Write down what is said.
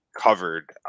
covered